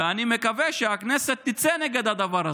ואני מקווה שהכנסת תצא נגד הדבר הזה.